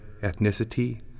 ethnicity